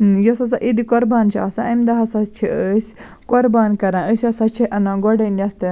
یۄس ہسا عیٖدِ قربان چھِ آسان اَمۍ دۄہ ہسا چھِ أسۍ قربان کران أسۍ ہسا چھِ اَنان گۄڈٕنٮ۪تھ